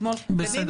בסדר.